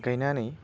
गायनानै